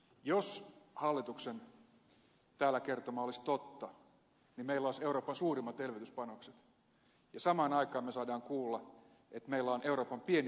jos hallituksen täällä kertoma olisi totta niin meillä olisi euroopan suurimmat elvytyspanokset ja samaan aikaan me saamme kuulla että meillä on euroopan pienimmät tulokset